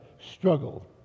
struggle